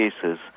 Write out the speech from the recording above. cases